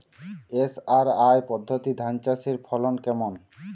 SRI পদ্ধতি ধান চাষের ফলন কেমন?